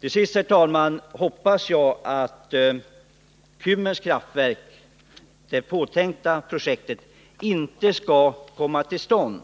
Till sist, herr talman, hoppas jag att det påtänkta projektet vid Kymmens kraftverk inte skall komma till stånd,